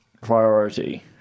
priority